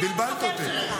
בלבלת אותי.